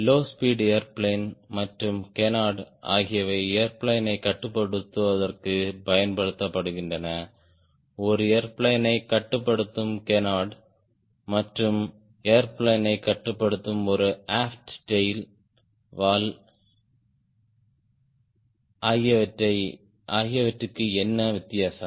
low speed airplane மற்றும் canard ஆகியவை airplane யை கட்டுப்படுத்துவதைக் கட்டுப்படுத்துவதற்குப் பயன்படுத்தப்படுகின்றன ஒரு ஏர்பிளேன் யை கட்டுப்படுத்தும் கேனார்ட் மற்றும் ஏர்பிளேன் யை கட்டுப்படுத்தும் ஒரு அஃப்ட் டேய்ல் வால் ஆகியவற்றுக்கு என்ன வித்தியாசம்